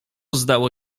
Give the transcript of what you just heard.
zdało